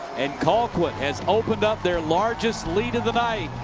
and colquitt has opened up their largest lead of the night,